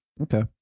Okay